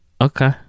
okay